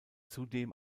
zudem